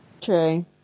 True